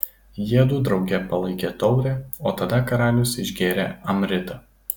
jiedu drauge palaikė taurę o tada karalius išgėrė amritą